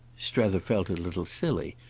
strether felt a little silly,